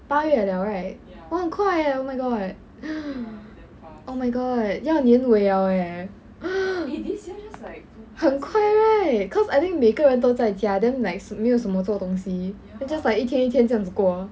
八月了 right !wah! 很快 leh oh my god oh my god 要年尾了 leh 很快 right cause I think 每个人都在家 then like 没有什么做东西 then just like 一天一天这样子过 ah